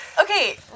Okay